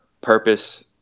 purpose